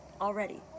already